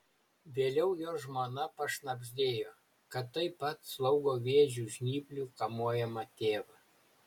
vėliau jo žmona pašnabždėjo kad taip pat slaugo vėžio žnyplių kamuojamą tėvą